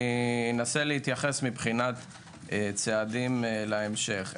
מבחינת צעדים להמשך,